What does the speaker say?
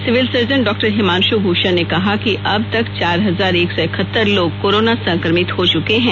civil surgeon डॉ हिमांशु भूषण ने कहा कि अब तक चार हजार एक सौ एकहत्तर लोग कोरोना संक्रमित हो चुके हैं